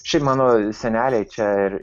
šiaip mano seneliai čia ir